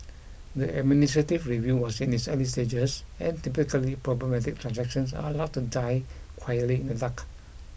the administrative review was in its early stages and typically problematic transactions are allowed to die quietly in the dark